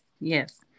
yes